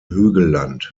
hügelland